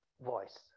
voice